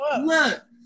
Look